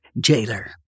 jailer